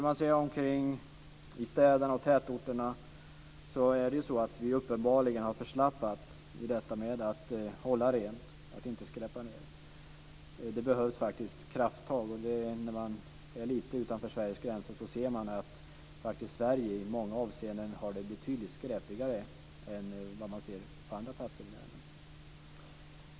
Om man ser sig omkring i städerna och i tätorterna framgår det att vi uppenbarligen har förslappats när det gäller att hålla rent och att inte skräpa ned. Det behövs faktiskt krafttag. När man är en bit utanför Sveriges gränser ser man att det är betydligt skräpigare i Sverige än på andra platser i världen.